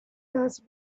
does